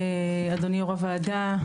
אדוני יו"ר הוועדה,